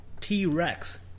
t-rex